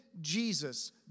Jesus